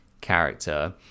character